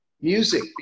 music